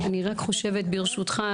אני רק חושבת ברשותך,